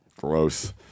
Gross